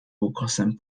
ukosem